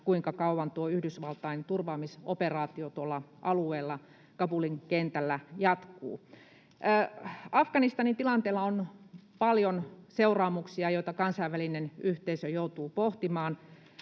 kuinka kauan Yhdysvaltain turvaamisoperaatio tuolla alueella, Kabulin kentällä, jatkuu. Afganistanin tilanteella on paljon seuraamuksia, joita kansainvälinen yhteisö joutuu pohtimaan.